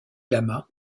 lama